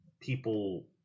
people